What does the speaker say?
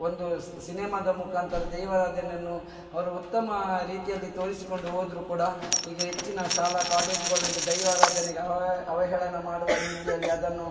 ಒಂದು ಸಿನೆಮಾದ ಮುಖಾಂತರ ದೈವಾರಾಧನೆಯನ್ನು ಅವರು ಉತ್ತಮ ರೀತಿಯಲ್ಲಿ ತೋರಿಸಿಕೊಂಡು ಹೋದ್ರು ಕೂಡ ಈಗ ಹೆಚ್ಚಿನ ಶಾಲಾ ಕಾಲೇಜುಗಳಲ್ಲಿ ದೈವರಾಧನೆಗೆ ಅವಹೇಳನ ಮಾಡುವ ರೀತಿಯಲ್ಲಿ ಅದನ್ನು